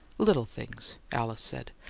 little things, alice said.